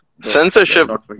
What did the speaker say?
Censorship